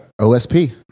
OSP